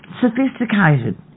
sophisticated